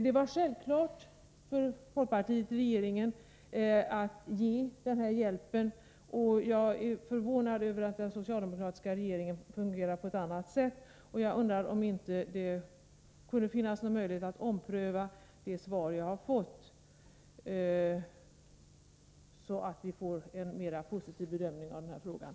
Det var självklart för folkpartiet i regeringsställning att ge denna hjälp, och jag är förvånad över att den socialdemokratiska regeringen resonerar på ett annat sätt. Jag undrar om det inte kunde finnas möjlighet att ompröva det svar jag har fått, så att vi får en mera positiv bedömning av den här frågan.